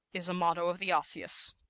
is a motto of the osseous.